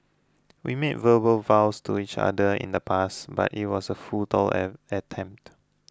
we made verbal vows to each other in the past but it was a futile attempt